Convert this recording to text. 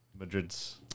Madrid's